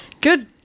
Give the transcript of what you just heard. Good